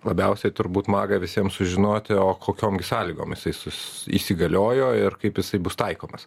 labiausiai turbūt maga visiem sužinoti o kokiom gi sąlygom jisai sus įsigaliojo ir kaip jisai bus taikomas